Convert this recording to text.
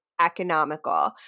economical